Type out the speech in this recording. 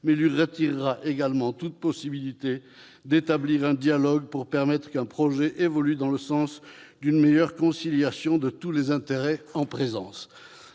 mais lui retirera également toute possibilité d'établir un dialogue pour permettre qu'un projet évolue dans le sens d'une meilleure conciliation de tous les intérêts en présence.